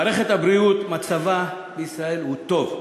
מערכת הבריאות, מצבה בישראל הוא טוב,